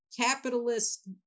capitalist